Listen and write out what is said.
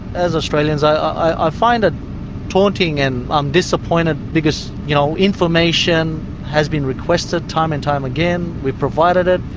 as australians, i find it taunting and i'm disappointed because you know information has been requested time and time again, we've provided it,